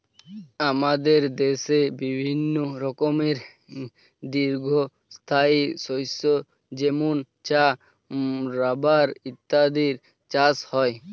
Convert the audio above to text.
আমাদের দেশে বিভিন্ন রকমের দীর্ঘস্থায়ী শস্য যেমন চা, রাবার ইত্যাদির চাষ হয়